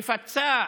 מפצה